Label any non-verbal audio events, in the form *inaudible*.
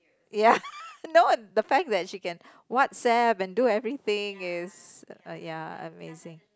ya *laughs* no the fact that she can WhatsApp and do everything is uh ya amazing